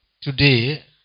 today